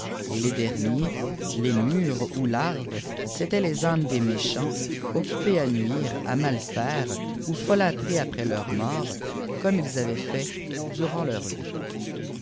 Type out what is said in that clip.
et le derniers lémures du larves c'étaiénlles àones des méchabts occupées à nuire à nj feîee ou fdlètrer après leur mort comme ils avaiè it fait purapt leur vie